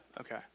okay